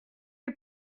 est